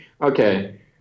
okay